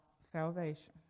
salvation